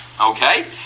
Okay